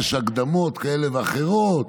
יש הקדמות כאלה ואחרות,